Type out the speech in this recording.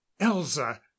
elza